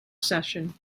session